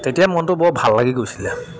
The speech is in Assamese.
তেতিয়া মনটো বৰ ভাল লাগি গৈছিলে